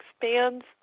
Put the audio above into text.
expands